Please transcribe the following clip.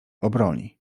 obroni